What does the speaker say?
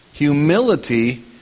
Humility